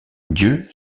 dieu